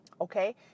okay